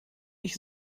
mich